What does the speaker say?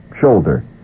shoulder